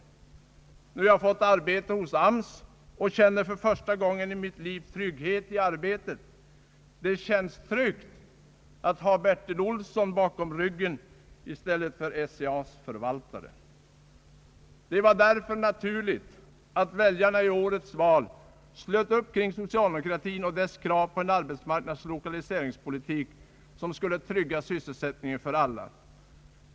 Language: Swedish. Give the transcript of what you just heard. Nu har jag fått arbete hos AMS och känner för första gången i mitt liv trygghet i arbetet. Det känns tryggt att ha Bertil Olsson bakom ryggen i stället för SCA:s förvaltare.» Det var därför naturligt att väljarna i årets val slöt upp kring socialdemokratin och dess krav på en arbetsmarknadsoch lokaliseringspolitik som skulle trygga sysselsättningen för alla.